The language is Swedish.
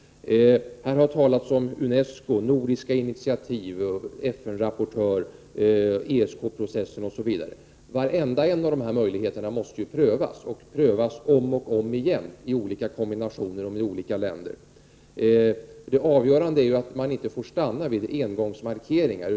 Här har det talats om UNESCO, nordiska initiativ, FN-rapportör, ESK-processen m.m. Varenda möjlighet måste ju prövas och prövas om och om igen i olika kombinationer och med olika länder. Det avgörande är att man inte stannar vid engångsmarkeringar.